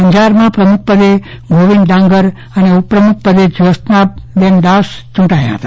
અંજારમાં પ્રમુખપદે ગોવિંદ ડાંગર અને ઉપપ્રમુખપદે જ્યોત્સનાબેન દાસ ચૂંટાયા હતા